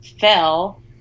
fell